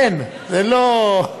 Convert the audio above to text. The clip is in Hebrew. אין, זה לא,